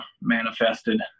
manifested